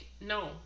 no